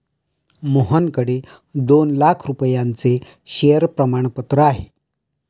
मोहनकडे दोन लाख रुपयांचे शेअर प्रमाणपत्र आहे